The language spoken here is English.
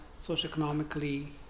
socioeconomically